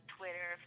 Twitter